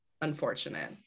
unfortunate